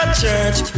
church